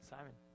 Simon